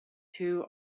two